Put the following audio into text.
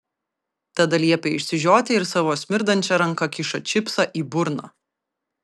tada liepia išsižioti ir savo smirdančia ranka kiša čipsą į burną